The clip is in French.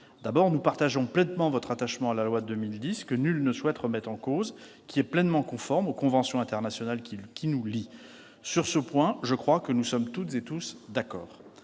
claire. Nous partageons pleinement votre attachement à la loi de 2010, que nul ne souhaite remettre en cause et qui est pleinement conforme aux conventions internationales qui nous lient. Sur ce point, nous sommes toutes et tous d'accord.